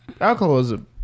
alcoholism